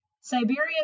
Siberian